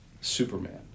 Superman